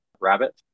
rabbit